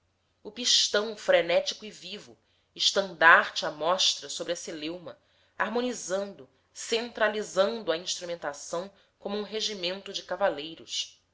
o pistão frenético e vivo estandarte à mostra sobre a celeuma harmonizando centralizando a instrumentação como um regimento de cavalheiros